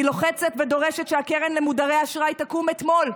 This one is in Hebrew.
אני לוחצת ודורשת שהקרן למודרי אשראי תקום אתמול,